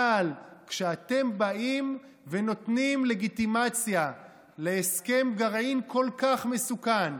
אבל כשאתם באים ונותנים לגיטימציה להסכם גרעין כל כך מסוכן,